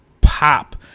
pop